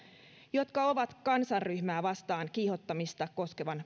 jotka ovat kansanryhmää vastaan kiihottamista koskevan